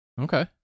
Okay